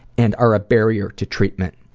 and are a barrier to treatment'.